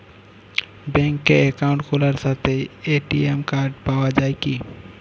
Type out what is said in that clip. ব্যাঙ্কে অ্যাকাউন্ট খোলার সাথেই এ.টি.এম কার্ড পাওয়া যায় কি?